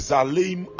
Zalim